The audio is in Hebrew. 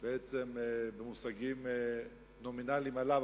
בעצם במושגים נומינליים עלה,